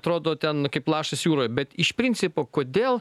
atrodo ten kaip lašas jūroje bet iš principo kodėl